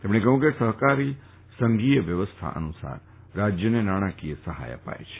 તેમણે કહ્યું કે સફકારી સંઘ વ્યવસ્થા અનુસાર રાજ્યોને નાણાંકીય સહાય અપાય છે